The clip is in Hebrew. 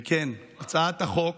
וכן, הצעת החוק